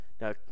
Now